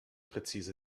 präzise